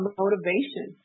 motivation